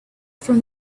from